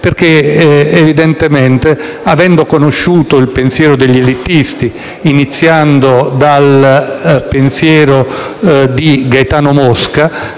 perché, evidentemente, avendo conosciuto il pensiero degli elitisti, a cominciare da quello di Gaetano Mosca,